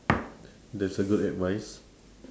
that's a good advice